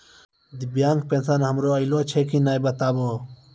दिव्यांग पेंशन हमर आयल छै कि नैय बताबू?